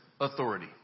authority